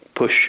Push